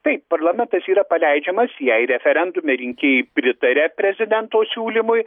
taip parlamentas yra paleidžiamas jei referendume rinkėjai pritaria prezidento siūlymui